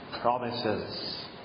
promises